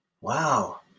Wow